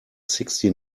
sixty